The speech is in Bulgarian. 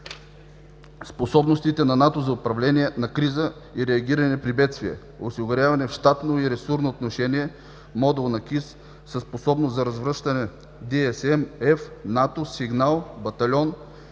способностите на НАТО за управление на кризи и реагиране при бедствия. Осигуряваме в щатно и ресурсно отношение и модул на КИС със способност за развръщане – (DSM) F, NATO